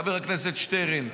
חבר הכנסת שטרן.